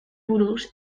buruz